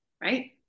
Right